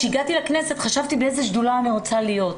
כשהגעתי לכנסת חשבתי באיזו שדולה אני רוצה להיות,